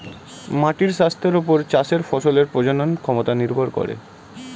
মাটির স্বাস্থ্যের ওপর চাষের ফসলের প্রজনন ক্ষমতা নির্ভর করে